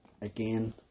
again